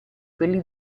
quelli